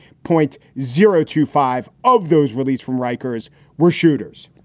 point zero to five of those released from rikers were shooters.